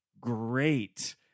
great